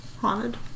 Haunted